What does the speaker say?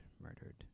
murdered